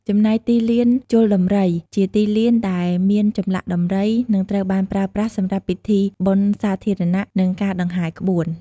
ចំណែកទីលានជល់ដំរី ជាទីលានដែលមានចម្លាក់ដំរី និងត្រូវបានប្រើប្រាស់សម្រាប់ពិធីបុណ្យសាធារណៈ និងការដង្ហែរក្បួន។